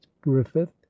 griffith